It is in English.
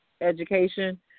education